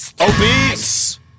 Obese